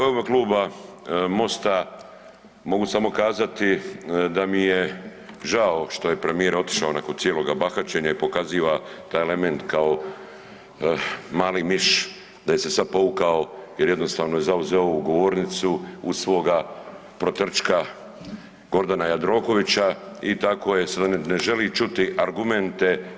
U ime Kluba Mosta mogu samo kazati da mi je žao što je premijer otišao nakon cijeloga bahaćenja i pokazuje taj element kao mali miš da se sada povukao jer jednostavno je zauzeo ovu govornicu uz svoga potrčka Gordana Jandrokovića i tako sada ne želi čuti argumente.